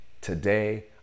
Today